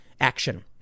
action